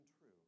true